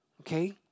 Okay